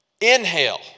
inhale